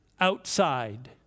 Outside